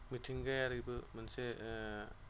मिथिंगायारिबो मोनसे